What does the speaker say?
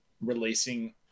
releasing